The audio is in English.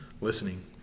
listening